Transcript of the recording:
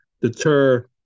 deter